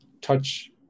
touch